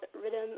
Rhythm